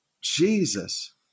jesus